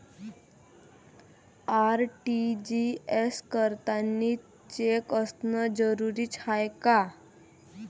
RTGS करतांनी cheque असनं जरुरीच हाय का?